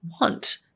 want